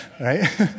right